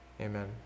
amen